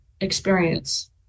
experience